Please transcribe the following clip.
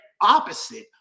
opposite